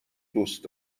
دوست